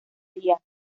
díaz